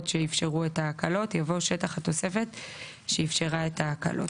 שאפשרו את ההקלות" יבוא "שטח התוספת שאפשרה את ההקלות.